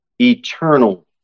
eternal